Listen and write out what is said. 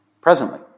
presently